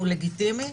הוא לגיטימי,